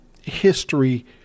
history